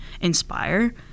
inspire